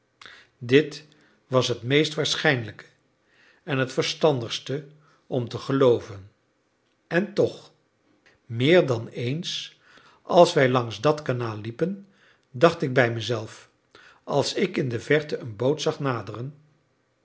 dit was het meest waarschijnlijke en het verstandigste om te gelooven en toch meer dan eens als wij langs dat kanaal liepen dacht ik bij mezelf als ik in de verte een boot zag naderen